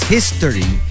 History